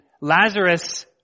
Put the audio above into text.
Lazarus